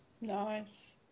nice